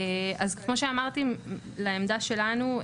לעמדה שלנו,